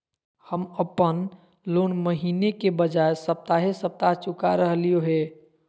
हम अप्पन लोन महीने के बजाय सप्ताहे सप्ताह चुका रहलिओ हें